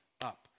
up